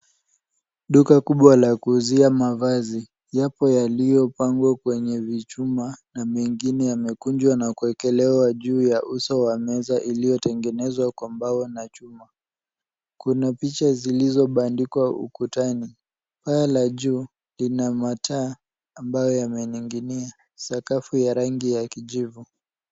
Duka kubwa la kuuzia mavazi. Yapo yaliyopangwa kwenye vichuma na mengine yamekunjwa na kuwekelewa juu ya uso wa meza iliyotengenezwa kwa mbao na chuma. Kuna picha zilizobandikwa ukutani. Paa la juu lina mataa ambayo yamening'inia. Sakafu ya rangi ya kijivu.